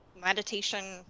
meditation